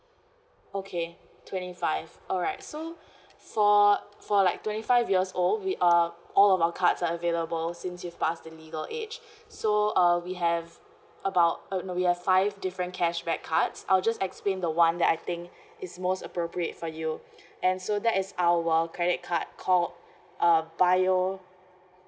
okay twenty five alright so for for like twenty five years old we uh all of our cards are available since you've passed the legal age so uh we have about uh no we have five different cashback cards I'll just explain the one that I think is most appropriate for you and so that is our credit card called uh bio